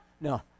no